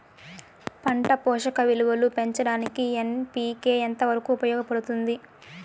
పంట పోషక విలువలు పెంచడానికి ఎన్.పి.కె ఎంత వరకు ఉపయోగపడుతుంది